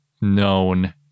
known